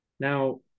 now